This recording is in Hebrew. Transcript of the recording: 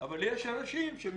אני לא הייתי עושה אותה בחדווה,